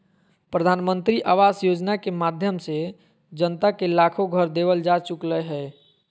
प्रधानमंत्री आवास योजना के माध्यम से जनता के लाखो घर देवल जा चुकलय हें